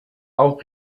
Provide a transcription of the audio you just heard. auch